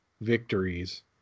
victories